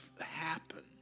happen